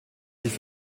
sich